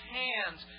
hands